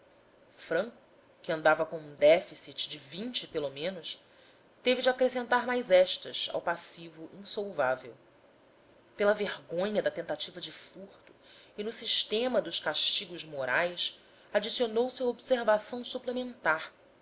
franco que andava com um déficit de vinte pelo menos teve de acrescentar mais estas ao passivo insolvável pela vergonha da tentativa de furto e no sistema dos castigos morais adicionou se a observação suplementar